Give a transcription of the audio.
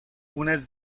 una